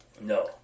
No